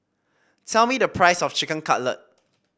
tell me the price of Chicken Cutlet